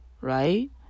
right